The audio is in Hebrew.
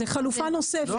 זו חלופה נוספת.